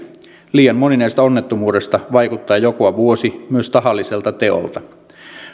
liian moni näistä onnettomuuksista vaikuttaa joka vuosi myös tahalliselta teolta